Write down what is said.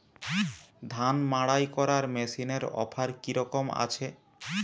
ধান মাড়াই করার মেশিনের অফার কী রকম আছে?